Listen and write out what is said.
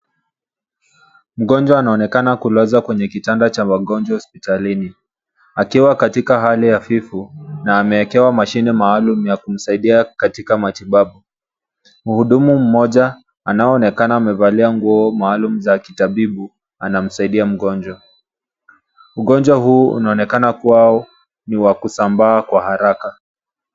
Mgonjwa anaonekana kulazwa kwenye kitanda cha wagonjwa hospitalini. Akiwa katika hali hafifu, na amewekewa mashine maalum ya kumsaidia katika matibabu. Mhudumu mmoja, anaonekana amevalia nguo maalumu za kitabibu, anamsaidia mgonjwa. Ugonjwa huu unaonekana kuwa, ni wa kusambaa kwa haraka.